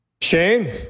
Shane